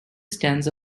stands